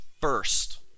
first